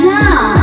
now